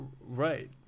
Right